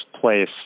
place